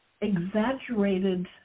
exaggerated